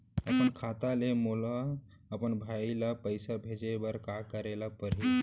अपन खाता ले मोला अपन भाई ल पइसा भेजे बर का करे ल परही?